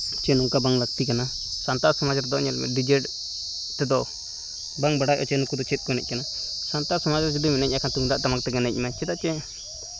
ᱪᱮ ᱱᱚᱝᱠᱟ ᱵᱟᱝ ᱞᱟᱹᱠᱛᱤ ᱠᱟᱱᱟ ᱥᱟᱱᱛᱟᱲ ᱥᱚᱢᱟᱡᱽ ᱨᱮᱫᱚ ᱧᱮᱞᱢᱮ ᱰᱤᱡᱮ ᱛᱮᱫᱚ ᱵᱟᱝ ᱵᱟᱰᱟᱭ ᱦᱚᱪᱚ ᱱᱩᱠᱩ ᱫᱚ ᱪᱮᱫ ᱠᱚ ᱮᱱᱮᱡ ᱠᱟᱱᱟ ᱥᱟᱱᱛᱟᱲ ᱥᱚᱢᱟᱡᱽ ᱨᱮ ᱡᱩᱫᱤᱢ ᱮᱱᱮᱡᱼᱟ ᱛᱩᱢᱫᱟᱹᱜ ᱴᱟᱢᱟᱠ ᱛᱮᱜᱮ ᱪᱮᱫᱟᱜ ᱪᱮ